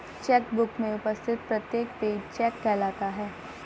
check book में उपस्थित प्रत्येक पेज चेक कहलाता है